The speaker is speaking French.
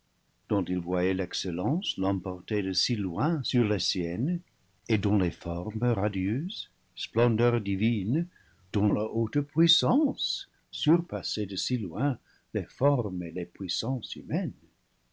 dont il voyait l'excellence l'emporter de si loin sur la sienne et dont les formes radieuses splendeur divine dont la haute puissance surpassaient de si loin les formes et la puissance humaines